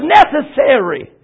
necessary